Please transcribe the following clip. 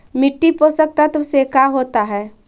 मिट्टी पोषक तत्त्व से का होता है?